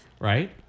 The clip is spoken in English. Right